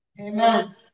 Amen